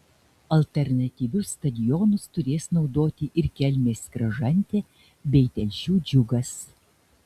alternatyvius stadionus turės naudoti ir kelmės kražantė bei telšių džiugas